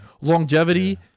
Longevity